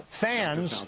fans